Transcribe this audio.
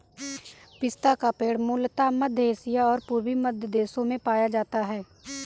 पिस्ता का पेड़ मूलतः मध्य एशिया और पूर्वी मध्य देशों में पाया जाता है